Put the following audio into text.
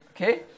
okay